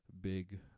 big